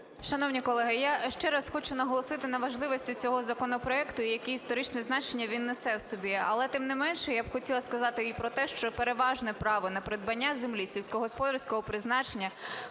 Шановні колеги, я ще раз хочу наголосити на важливості цього законопроекту і яке історичне значення він несе в собі. Але тим не менше, я б хотіла сказати і про те, що переважне право на придбання землі сільськогосподарського призначення